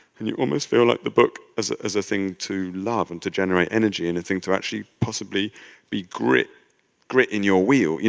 and you almost feel like the book as as a thing to love and to generate energy and a thing to actually possibly be grit grit in your wheel,